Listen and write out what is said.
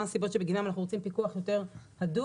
מה הסיבות שבגינן אנחנו רוצים פיקוח יותר הדוק.